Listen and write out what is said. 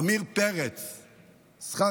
עמיר פרץ משדרות,